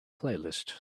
playlist